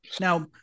Now